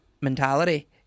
mentality